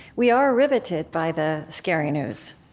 we are riveted by the scary news.